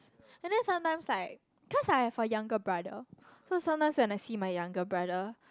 and then sometimes like cause I have a younger brother so sometimes when I see my younger brother